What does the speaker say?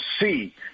see